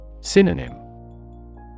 Synonym